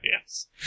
Yes